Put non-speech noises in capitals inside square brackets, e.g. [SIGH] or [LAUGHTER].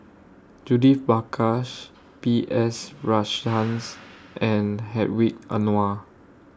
Judith Prakash B S [NOISE] Rajhans and Hedwig Anuar